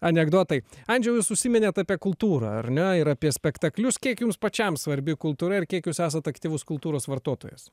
anekdotai andžejau jūs užsiminėt apie kultūrą ar ne ir apie spektaklius kiek jums pačiam svarbi kultūra ir kiek jūs esat aktyvus kultūros vartotojas